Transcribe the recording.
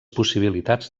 possibilitats